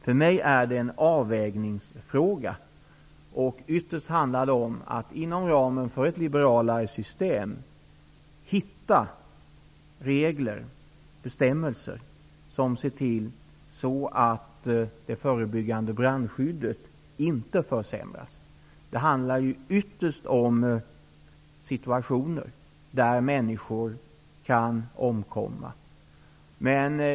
För mig är det en avvägningsfråga, och ytterst handlar det om att inom ramen för ett liberalare system hitta regler och bestämmelser som ser till att det förebyggande brandskyddet inte försämras. Det handlar ytterst om situationer där människor kan omkomma.